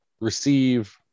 receive